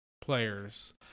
players